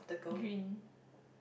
green